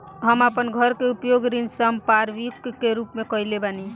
हम आपन घर के उपयोग ऋण संपार्श्विक के रूप में कइले बानी